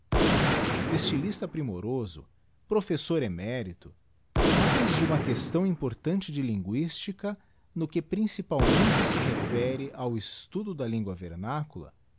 estylista primoroso professor emérito mais de uma questão importante de linguistica no que principalmente se refere ao estudo da lingua vernácula